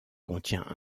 contient